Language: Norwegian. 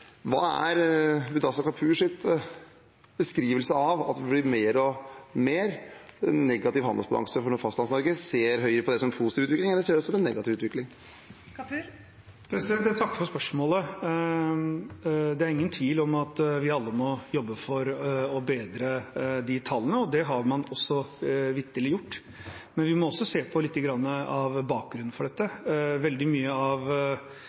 Hva er Mudassar Kapurs beskrivelse av at det blir mer og mer negativ handelsbalanse for Fastlands-Norge? Ser Høyre på det som en positiv utvikling, eller ser man det som en negativ utvikling? Jeg takker for spørsmålet. Det er ingen tvil om at vi alle må jobbe for å bedre de tallene, og det har man vitterlig gjort. Men vi må også se på lite grann av bakgrunnen for dette. I hvert fall noe av